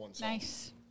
Nice